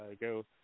Go